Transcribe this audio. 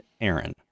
Aaron